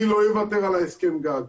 אני לא אוותר על הסכם הגג.